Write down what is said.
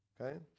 okay